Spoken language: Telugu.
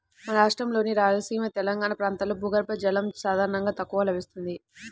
మన రాష్ట్రంలోని రాయలసీమ, తెలంగాణా ప్రాంతాల్లో భూగర్భ జలం సాధారణంగా తక్కువగా లభిస్తుంది